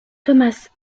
thomas